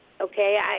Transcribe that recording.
Okay